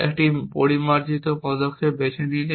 একটি পরিমার্জন পদক্ষেপ বেছে নিন